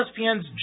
ESPN's